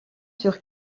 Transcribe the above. sur